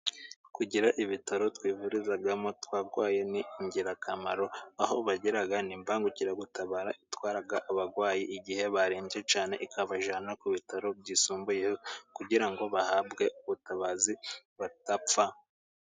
Kugira ibitaro twivurizamo twarwaye ni ingirakamaro, aho bagira n'imbangukiragutabara itwara abarwayi igihe barembye cyane, ikabajyana ku bitaro byisumbuyeho, kugira ngo bahabwe ubutabazidapfa.